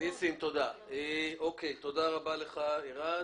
שאלה גופים שמרכזים אצלם הרבה כוח,